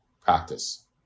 practice